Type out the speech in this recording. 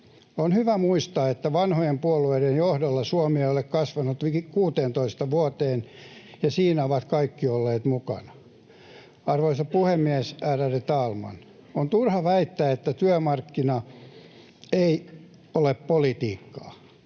On hyvä muistaa, että vanhojen puolueiden johdolla Suomi ei ole kasvanut liki kuuteentoista vuoteen, ja siinä ovat kaikki olleet mukana. Arvoisa puhemies, ärade talman! On turha väittää, että työmarkkina ei ole politiikkaa.